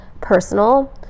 personal